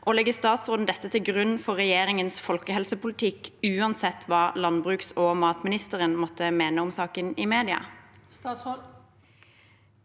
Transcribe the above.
legger statsråden dette til grunn for regjeringens folkehelsepolitikk, uansett hva landbruks- og matministeren måtte mene om saken i media?»